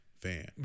fan